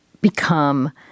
become